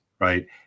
right